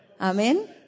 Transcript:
Amen